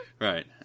Right